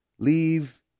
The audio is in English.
Leave